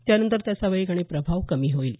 त्यानंतर त्याचा वेग आणि प्रभाव कमी होईल